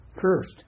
First